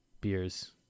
beers